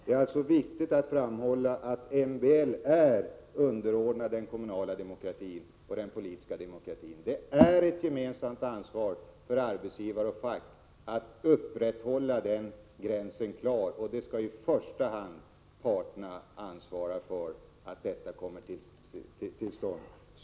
Det är också viktigt att framhålla att MBL är underordnad den kommunala demokratin och den politiska demokratin. Det är i första hand arbetsgivare och fack som ansvarar för att gränserna är klara.